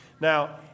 Now